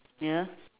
ya